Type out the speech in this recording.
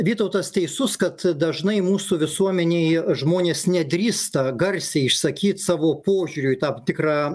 vytautas teisus kad dažnai mūsų visuomenėj žmonės nedrįsta garsiai išsakyt savo požiūrio į tam tikrą